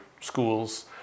schools